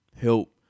help